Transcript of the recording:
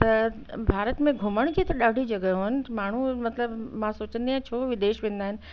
त भारत में घुमण जी त ॾाढी जॻहायूं आहिनि माण्हू मतिलब मां सोचंदी आहियां छो विदेश वेंदा आहिनि